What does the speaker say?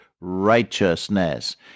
righteousness